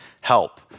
help